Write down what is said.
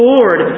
Lord